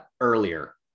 earlier